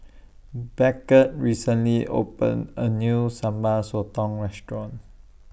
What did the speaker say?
Beckett recently opened A New Sambal Sotong Restaurant